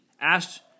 asked